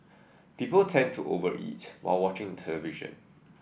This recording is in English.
people tend to over eat while watching the television